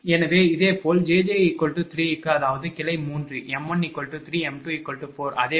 எனவே இதேபோல் jj3 க்கு அதாவது கிளை 3 m13 m24அதே வழியில்